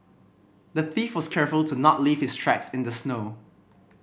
the thief was careful to not leave his tracks in the snow